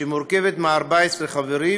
שמורכבת מ-14 חברים,